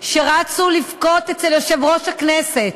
שרצו לבכות אצל יושב-ראש הכנסת